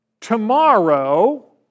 Tomorrow